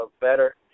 better